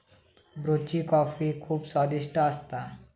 ब्रुची कॉफी खुप स्वादिष्ट असता